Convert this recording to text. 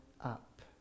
up